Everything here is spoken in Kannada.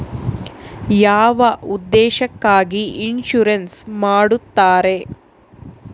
ಯಾವ ಉದ್ದೇಶಕ್ಕಾಗಿ ಇನ್ಸುರೆನ್ಸ್ ಮಾಡ್ತಾರೆ?